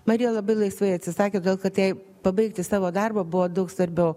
marija labai laisvai atsisakė todėl kad jai pabaigti savo darbą buvo daug svarbiau